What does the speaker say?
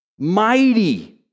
Mighty